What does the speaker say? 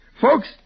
Folks